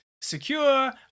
Secure